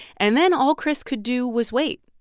and then all chris could do was wait.